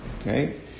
okay